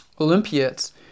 Olympiads